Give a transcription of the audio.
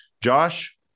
Josh